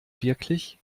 wirklich